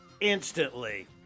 instantly